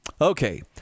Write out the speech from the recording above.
okay